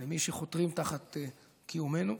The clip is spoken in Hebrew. למי שחותרים תחת קיומנו.